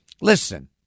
Listen